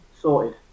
sorted